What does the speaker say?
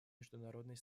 международной